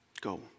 go